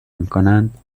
میکنند